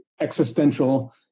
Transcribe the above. existential